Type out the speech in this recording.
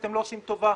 אתם לא עושים טובה.